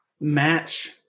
match